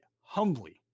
humbly